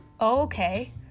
Okay